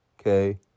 okay